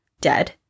dead